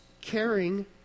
caring